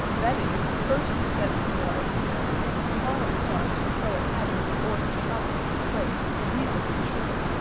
that is, first to set some water to warm and while it warms, you throw a tablet, or some chocolate, scraped, and mingled with sugar,